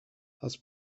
had